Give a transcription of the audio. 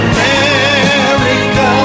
America